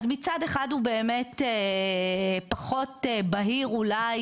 אז מצד אחד הוא באמת פחות בהיר אולי